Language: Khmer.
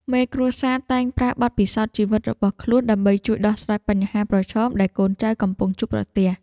មេគ្រួសារតែងប្រើបទពិសោធន៍ជីវិតរបស់ខ្លួនដើម្បីជួយដោះស្រាយបញ្ហាប្រឈមដែលកូនចៅកំពុងជួបប្រទះ។